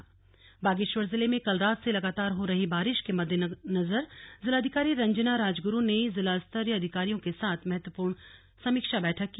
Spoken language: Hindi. स्लग बागेश्वर बैठक बागेश्वर जिले में कल रात से लगातार हो रही बारिश के मद्देनजर जिलाधिकारी रंजना राजगुरू ने जिलास्तरीय अधिकारियों के साथ महत्वपूर्ण समीक्षा बैठक की